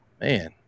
Man